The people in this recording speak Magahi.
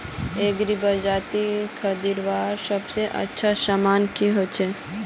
एग्रीबाजारोत खरीदवार सबसे अच्छा सामान की छे?